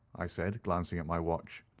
i said, glancing at my watch.